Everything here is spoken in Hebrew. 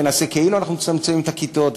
ונעשה כאילו אנחנו מצמצמים את הכיתות,